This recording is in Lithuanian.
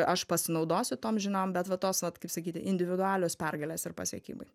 aš pasinaudosiu tom žiniom bet va tos vat kaip sakyti individualios pergalės ir pasiekimai